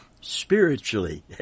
spiritually